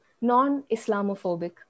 non-Islamophobic